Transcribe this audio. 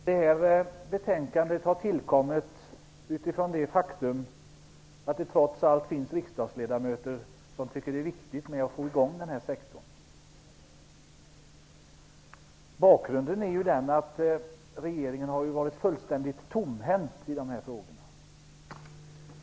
Det här betänkandet har tillkommit därför att det trots allt finns riksdagsledamöter som tycker att det är viktigt att få i gång den här sektorn. Bakgrunden är att regeringen har varit fullständigt tomhänt i de här frågorna.